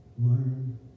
Learn